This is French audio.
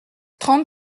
trente